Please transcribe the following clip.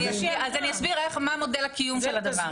אני אסביר מה מודל הקיום של הדבר הזה.